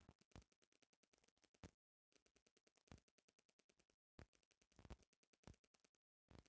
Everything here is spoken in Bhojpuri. चारागाह के साथ एगो गड़ेड़िया के भी जरूरत होला जवन भेड़ के चढ़ावे